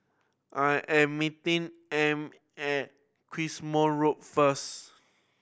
I am meeting Amy at Quemoy Road first